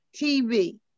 TV